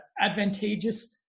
advantageous